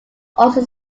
also